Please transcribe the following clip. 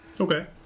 Okay